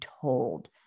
told